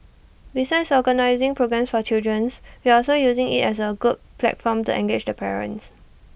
besides organising programmes for children's we're also using IT as A good platform to engage the parents